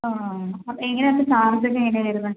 ആ ഹാ എങ്ങനെയാണ് ചാർജ് എങ്ങനെയാണ് വരുന്നത്